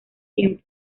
tiempo